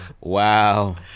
Wow